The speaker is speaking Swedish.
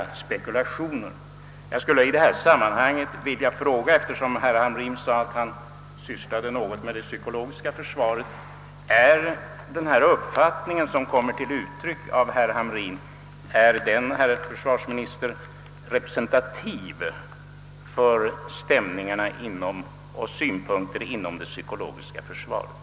Jag skulle i detta sammanhang, eftersom herr Hamrin nämnde att han sysslar något med det psykologiska försvaret, vilja fråga: Är den uppfattning som herr Hamrin ger uttryck åt representativ, herr försvarsminister, för stämningarna och synpunkterna inom det psykologiska försvaret?